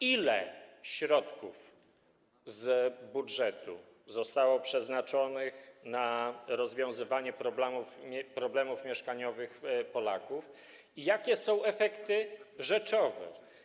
Ile środków z budżetu zostało przeznaczonych na rozwiązywanie problemów mieszkaniowych Polaków i jakie są tego efekty rzeczowe?